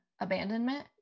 abandonment